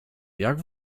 jak